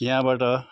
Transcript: यहाँबाट